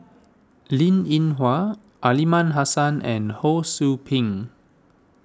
Linn in Hua Aliman Hassan and Ho Sou Ping